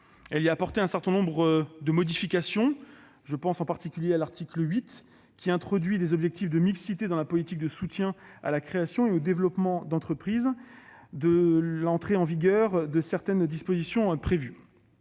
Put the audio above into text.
y a apporté un certain nombre de modifications. Je pense par exemple à l'article 8, qui introduit des objectifs de mixité dans la politique de soutien à la création et au développement d'entreprises et précise l'entrée en vigueur de certaines dispositions prévues.